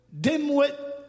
dimwit